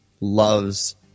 loves